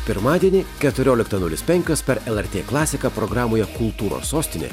pirmadienį keturioliktą nulis penkios per lrt klasiką programoje kultūros sostinė